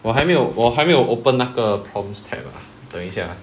我还没有我还没有 open 那个 prompts tab 等一下啊